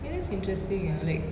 ya that's interesting ah like